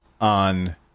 on